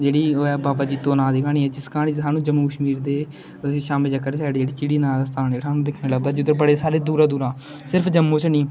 जेहड़ी ओह् बाबा जित्तो नां दी क्हानी जिस क्हानी दा जानू जममू कशमीर दे शामा चक्क आहली साइड जेहड़ी झिड़ी नां दा स्थान न ऐ ओह दिक्खन ेगी लभदा जेहदे बडे़ सारे दूरा दूरा सिर्फ जम्मू च नेईं